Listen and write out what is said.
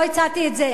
לא הצעתי את זה.